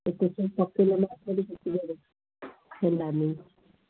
ଏତେ ପିଲ ହେଲାନି